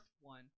one